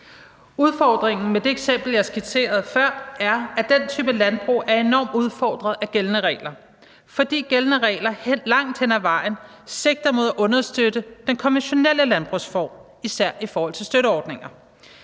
Udfordringen med det eksempel, jeg skitserede før, er, at den type landbrug er enormt udfordret af gældende regler, fordi gældende regler langt hen ad vejen sigter mod at understøtte den konventionelle landbrugsform, især i forhold til støtteordninger.